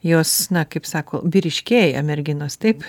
jos na kaip sako vyriškėja merginos taip